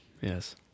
Yes